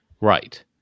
Right